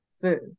food